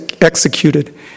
executed